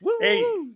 Hey